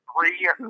three